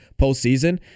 postseason